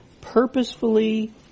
purposefully